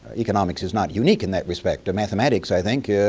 economics is not unique in that respect. mathematics, i think,